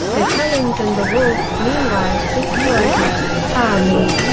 the cullens and the wolves, meanwhile, destroy her army,